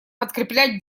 подкреплять